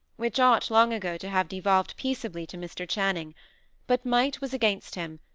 which ought, long ago, to have devolved peaceably to mr. channing but might was against him,